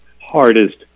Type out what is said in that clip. hardest